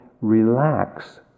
relax